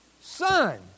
son